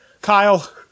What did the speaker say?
Kyle